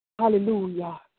Hallelujah